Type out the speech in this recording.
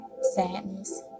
sadness